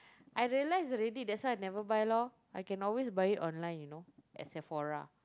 I realise already that's why I never buy loh I can always buy it online you know at Sephora